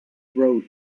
road